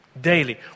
daily